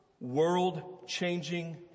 world-changing